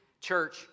church